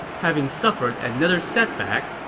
having suffered another setback,